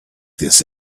this